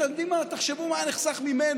אתם יודעים מה, תחשבו מה היה נחסך ממנו: